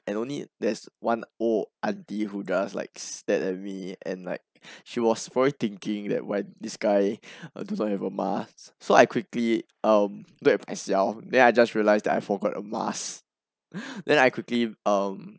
and only there's one old auntie who does like stared at me and like she was probably thinking that why this guy don't have a mask so I quickly um look at myself and then I just realized that I forgot a mask then I quickly um